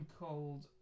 called